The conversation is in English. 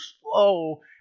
slow